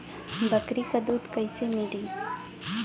बकरी क दूध कईसे मिली?